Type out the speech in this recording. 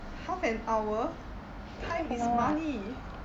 half an hour time is money